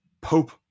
pope